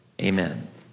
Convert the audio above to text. Amen